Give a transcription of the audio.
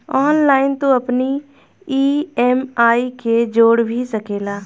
online तू अपनी EMI के जोड़ भी सकेला